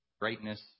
greatness